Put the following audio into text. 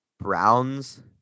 Browns